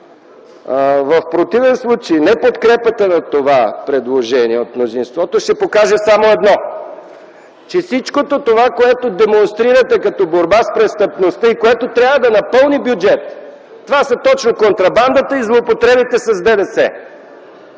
в противен случай неподкрепата на това предложение от мнозинството ще покаже само едно, че всичко това, което демонстрирате като борба с престъпността и което трябва да напълни бюджета – това са точно контрабандата и злоупотребите с ДДС.